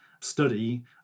study